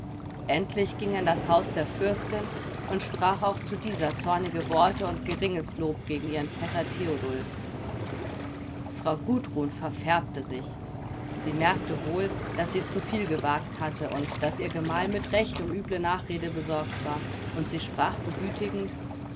endlich ging er in das haus der fürstin und sprach auch zu dieser zornige worte und geringes lob gegen ihren vetter theodulf frau gundrun verfärbte sich sie merkte wohl daß sie zu viel gewagt hatte und daß ihr gemahl mit recht um üble nachrede besorgt war und sie sprach begütigend